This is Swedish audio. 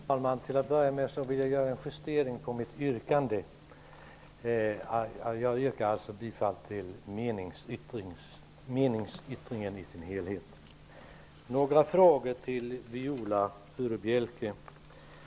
Herr talman! Till en början vill jag justera mitt yrkande. Jag yrkar bifall till meningsyttringen i dess helhet. Sedan har jag ett par frågor till Viola Furubjelke.